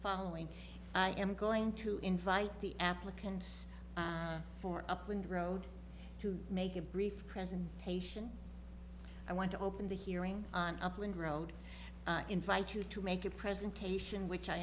following i am going to invite the applicants for up and rode to make a brief presentation i want to open the hearing on up and road invite you to make a presentation which i